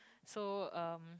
so um